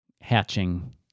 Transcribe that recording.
hatching